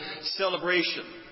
celebration